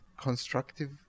constructive